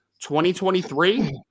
2023